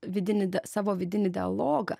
vidinį savo vidinį dialogą